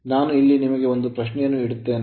ನಾನು ಇಲ್ಲಿ ನಿಮಗೆ ಒಂದು ಪ್ರಶ್ನೆಯನ್ನು ಇಡುತ್ತೇನೆ